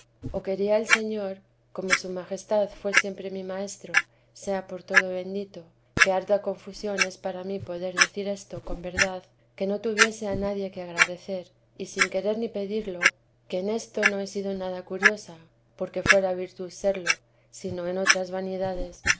o quería el señor como su majestad fué siempre mi maestro sea por todo bendito que harta confusión es para mí poder decir esto con verdad que no tuviese a nadie que agradecer y sin querer ni pedirlo que en esto no he sido nada curiosa porque fuera virtud serlo sino en otras vanidades